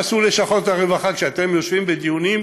מה עשו לשכות הרווחה כשאתם יושבים בדיונים?